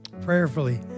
prayerfully